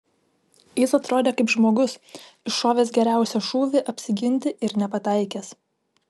jis atrodė kaip žmogus iššovęs geriausią šūvį apsiginti ir nepataikęs